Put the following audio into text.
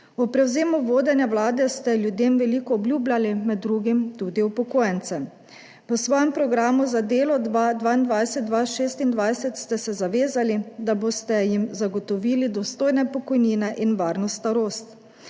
Ob prevzemu vodenja Vlade ste ljudem veliko obljubljali, med drugim tudi upokojencem. V svojem programu za delo 2022–2026 ste se zavezali, da jim boste zagotovili dostojne pokojnine in varno starost.